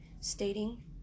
stating